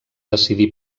decidir